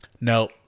no